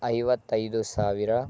ಐವತ್ತೈದು ಸಾವಿರ